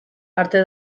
arte